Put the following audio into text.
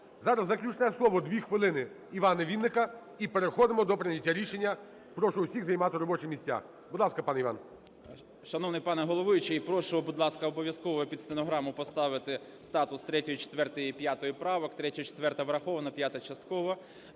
Зараз заключне слово, 2 хвилини, Івана Вінника, і переходимо до прийняття рішення. Прошу усіх займати робочі місця. Будь ласка, пане Іван. 10:59:32 ВІННИК І.Ю. Шановний пане головуючий, прошу, будь ласка, обов'язково під стенограму поставити статус 3-ї, 4-ї, 5-ї правок: 3-я, 4-а - враховані, 5-а - частково.